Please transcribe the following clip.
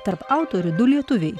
tarp autorių du lietuviai